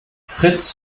fritz